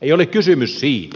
ei ole kysymys siitä